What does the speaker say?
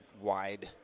wide